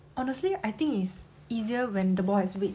honestly I think it's easier when the ball has weight